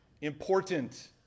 important